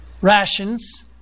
rations